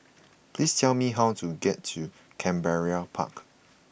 please tell me how to get to Canberra Park